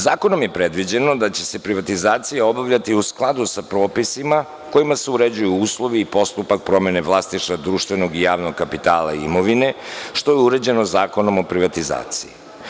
Zakonom je predviđeno da će se privatizacija obavljati u skladu sa propisima kojima se uređuju uslovi i postupak promene vlasništva društvenog i javnog kapitala i imovine, što je uređeno Zakonom o privatizaciji.